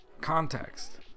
Context